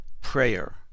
prayer